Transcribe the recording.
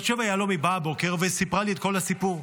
בת שבע יהלומי באה הבוקר וסיפרה לי את כל הסיפור,